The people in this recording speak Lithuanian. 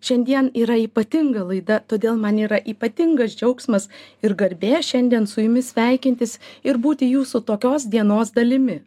šiandien yra ypatinga laida todėl man yra ypatingas džiaugsmas ir garbė šiandien su jumis sveikintis ir būti jūsų tokios dienos dalimi